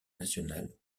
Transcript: national